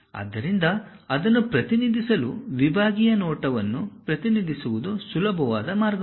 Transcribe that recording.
ಆದ್ದರಿಂದ ಅದನ್ನು ಪ್ರತಿನಿಧಿಸಲು ವಿಭಾಗೀಯ ನೋಟವನ್ನು ಪ್ರತಿನಿಧಿಸುವುದು ಸುಲಭವಾದ ಮಾರ್ಗವಾಗಿದೆ